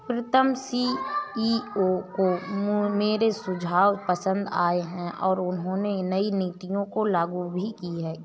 प्रीतम CEO को मेरे सुझाव पसंद आए हैं और उन्होंने नई नीतियों को लागू भी किया हैं